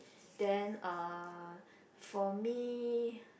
then uh for me